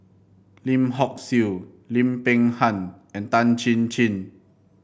Lim Hock Siew Lim Peng Han and Tan Chin Chin